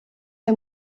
der